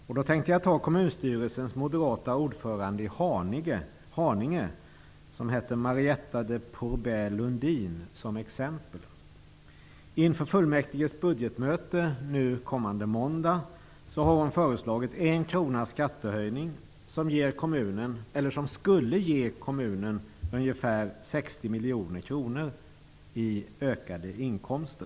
Jag tänker ta den moderata ordföranden i kommunstyrelsen i Haninge som exempel. Hon heter Marietta de Pourbaix-Lundin. Inför fullmäktiges budgetmöte kommande måndag har hon föreslagit en kronas skattehöjning. Det skulle ge kommunen ungefär 60 miljoner kronor i ökade inkomster.